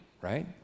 right